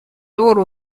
loro